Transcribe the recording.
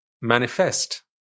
manifest